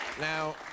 now